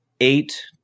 eight